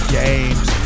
games